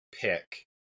pick